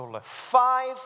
Five